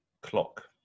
clock